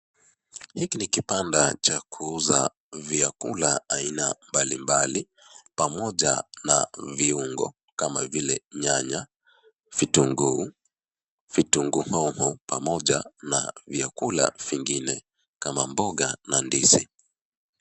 Hiki ni kibanda cha kuuza vyakula aina mbalimbali pamoja na viungo kama vile nyanya, vitunguu, vitunguu hoho pamoja na vyakula vingine kama mboga na ndizi.